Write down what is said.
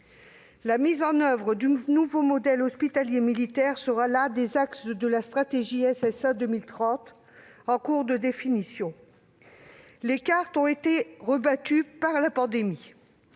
La mise en oeuvre du nouveau modèle hospitalier militaire sera l'un des axes de la stratégie SSA 2030 qui est en cours de définition. Les cartes ont été rebattues par la pandémie.